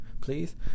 please